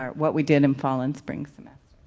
um what we did in fall and spring semester.